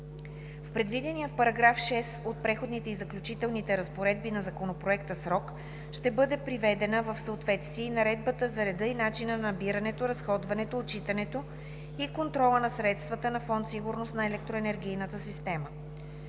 В предвидения в § 6 от Преходните и заключителните разпоредби на законопроекта срок ще бъде приведена в съответствие и Наредбата за реда и начина за набирането, разходването, отчитането и контрола на средствата на Фонд „Сигурност на електроенергийната система“.